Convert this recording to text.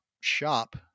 shop